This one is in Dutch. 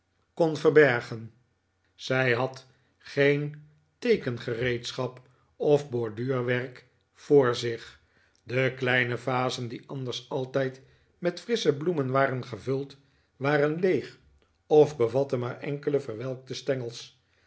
kon verbergen zij had geen teekengereedschap of borduurwerk voor zich de kleine vazen die anders altijd met frissche bloemen waren gevuld waren leeg of bevatten maar enkele verwelkte stengels